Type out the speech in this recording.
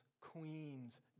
queens